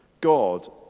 God